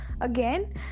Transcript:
again